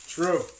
True